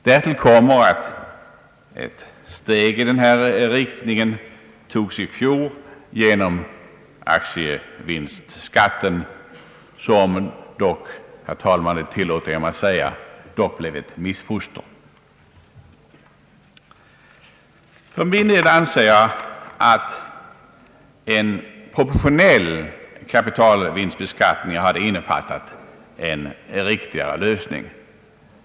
Därtill kommer, att ett steg i denna riktning togs i fjol genom = aktievinstskatten, som «dock, herr talman — det tillåter jag mig säga — blev ett missfoster. För min del anser jag att en proportionell kapitalvinstbeskattning hade innefattat en riktigare lösning.